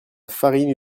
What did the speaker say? farine